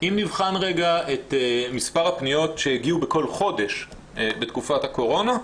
אם נבחן רגע את מספר הפניות שהגיעו בכל חודש בתקופת הקורונה,